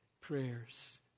prayers